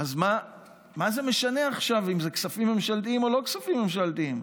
אז מה זה משנה עכשיו אם זה כספים ממשלתיים או לא כספים ממשלתיים?